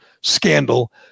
scandal